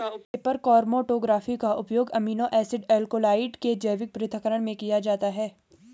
paper chromatography का उपयोग amino acid alkaloid के जैविक पृथक्करण में किया जाता है